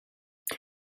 they